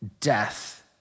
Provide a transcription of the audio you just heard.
Death